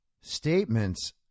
statements